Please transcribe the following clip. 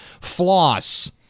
Floss